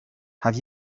have